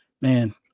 man